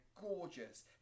gorgeous